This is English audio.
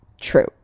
true